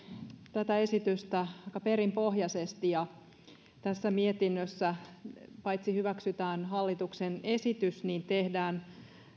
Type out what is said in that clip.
tätä esitystä aika perinpohjaisesti ja tässä mietinnössä paitsi hyväksytään hallituksen esitys myös tehdään